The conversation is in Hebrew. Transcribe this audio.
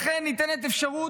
לכן במקרים האלה ניתנת אפשרות